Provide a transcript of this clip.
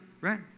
right